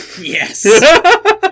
Yes